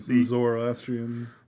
Zoroastrian